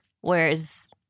Whereas